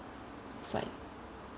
it's like